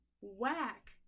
whack